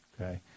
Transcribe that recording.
Okay